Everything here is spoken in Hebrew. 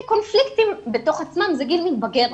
קונפליקטים בתוך עצמם, זה גיל מתבגר.